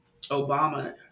Obama